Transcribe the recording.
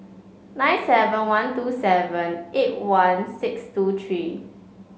nine seven one two seven eight one six two three